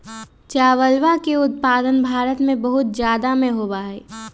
चावलवा के उत्पादन भारत में बहुत जादा में होबा हई